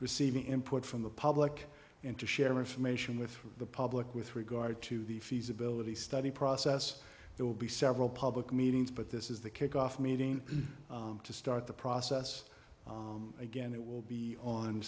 receiving input from the public into share information with the public with regard to the feasibility study process there will be several public meetings but this is the kickoff meeting to start the process again it will be on